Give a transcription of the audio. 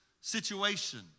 situation